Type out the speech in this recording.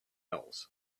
else